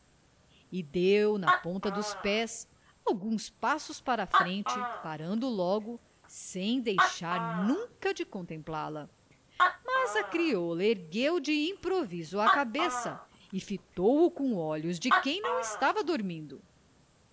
e deu na ponta dos pés alguns passos para frente parando logo sem deixar nunca de contemplá-la mas a crioula ergueu de improviso a cabeça e fitou-o com os olhos de quem não estava dormindo